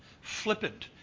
flippant